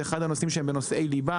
זה אחד מנושאי הלבה.